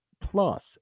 plus